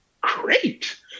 Great